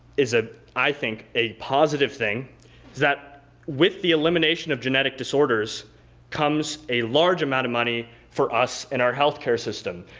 is a, i think, a positive thing is that with the elimination of genetic disorders comes a large amount of money for us in our healthcare system.